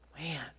Man